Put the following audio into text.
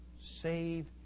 save